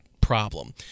problem